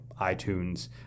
itunes